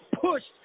pushed